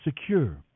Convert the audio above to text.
secure